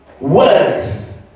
words